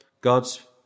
God's